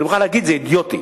אני מוכרח להגיד, זה אידיוטי.